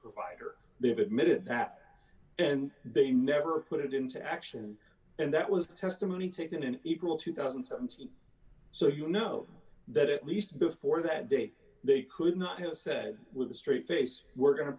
provider they have admitted that and they never put it into action and that was testimony taken in equal two thousand and seventeen so you know that at least before that day they could not have said with a straight face we're going to